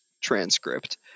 transcript